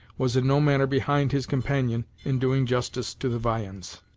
was in no manner behind his companion in doing justice to the viands.